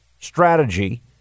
strategy